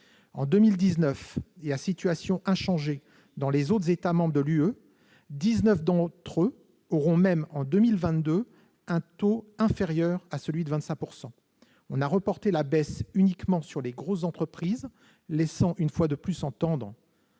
à 23 %. À situation inchangée dans les autres États membres de l'Union européenne, dix-neuf d'entre eux auront même en 2022 un taux inférieur à 25 %. On a reporté la baisse uniquement sur les grosses entreprises, laissant une fois de plus entendre